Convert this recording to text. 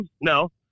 No